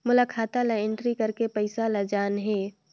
मोला खाता ला एंट्री करेके पइसा ला जान हे?